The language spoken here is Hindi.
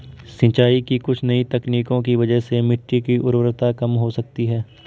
सिंचाई की कुछ नई तकनीकों की वजह से मिट्टी की उर्वरता कम हो सकती है